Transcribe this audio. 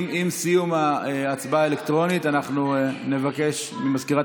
עם סיום ההצבעה האלקטרונית אנחנו נבקש ממזכירת